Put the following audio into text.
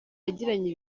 yagiranye